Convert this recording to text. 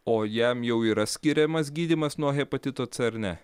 o jam jau yra skiriamas gydymas nuo hepatito c ar ne